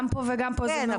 גם פה וגם פה זה מעוות.